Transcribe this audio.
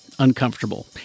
uncomfortable